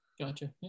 Gotcha